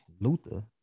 Luther